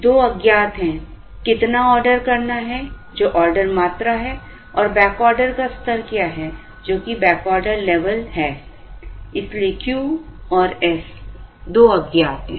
दो अज्ञात हैं कितना ऑर्डर करना है जो ऑर्डर मात्रा है और बैकऑर्डर का स्तर क्या है जो कि बैक ऑर्डर लेवल है इसलिए Q और s दो अज्ञात हैं